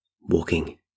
Walking